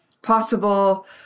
possible